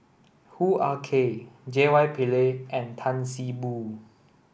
Hoo Ah Kay J Y Pillay and Tan See Boo